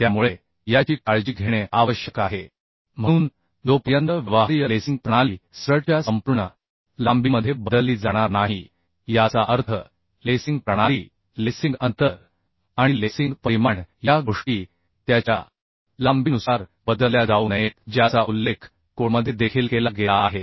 त्यामुळे याची काळजी घेणे आवश्यक आहे म्हणून जोपर्यंत व्यवहार्य लेसिंग प्रणाली स्ट्रटच्या संपूर्ण लांबीमध्ये बदलली जाणार नाही याचा अर्थ लेसिंग प्रणाली लेसिंग अंतर आणि लेसिंग परिमाण या गोष्टी त्याच्या लांबीनुसार बदलल्या जाऊ नयेत ज्याचा उल्लेख कोडमध्ये देखील केला गेला आहे